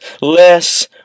less